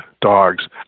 dogs